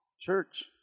church